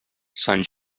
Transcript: sant